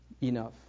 Enough